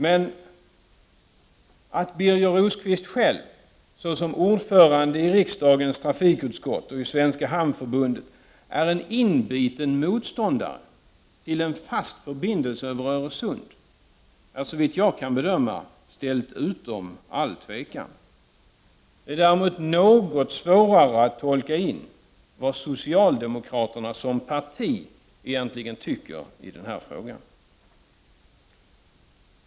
Men att Birger Rosqvist själv, som ordförande i riksda==s5 gens trafikutskott och i Svenska hamnförbundet, är en inbiten motståndare Öresundsförbin till en fast förbindelse över Öresund är, såvitt jag kan bedöma, ställt utom delserna allt tvivel. Det är däremot något svårare att tolka vad socialdemokraterna som parti egentligen tycker i denna fråga.